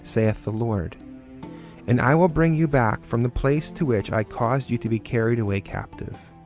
saith the lord and i will bring you back from the place to which i caused you to be carried away captive.